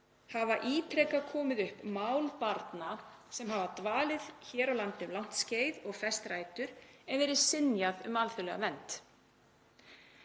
hafa ítrekað komið upp mál barna sem hafa dvalið hér á landi um langt skeið og fest rætur en verið synjað um alþjóðlega vernd.